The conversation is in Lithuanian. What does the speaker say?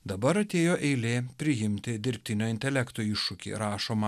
dabar atėjo eilė priimti dirbtinio intelekto iššūkį rašoma